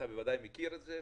אתה בוודאי מכיר את זה,